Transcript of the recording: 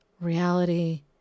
Reality